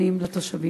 הכנסת.